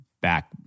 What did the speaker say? back